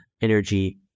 energy